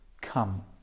come